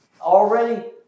Already